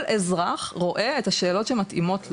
כל אזרח רואה את השאלות שמתאימות לו.